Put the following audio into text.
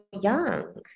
young